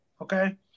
okay